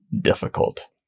difficult